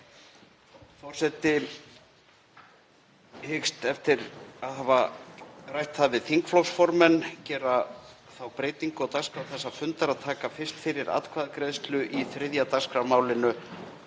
Forseti hyggst, eftir að hafa rætt það við þingflokksformenn, gera þá breytingu á dagskrá þessa fundar að taka fyrst fyrir atkvæðagreiðslu í 3. dagskrármálinu,